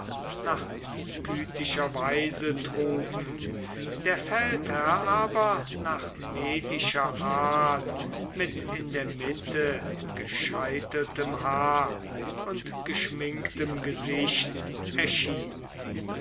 nach skythischer weise trugen der feldherr aber nach medischer art mit in der mitte gescheiteltem haar und geschminktem gesicht erschien